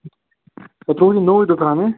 ژےٚ ترٛووُتھ یہِ نوٚوُے دُکان ہنٛہٕ